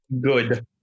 Good